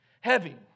heavy